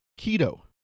keto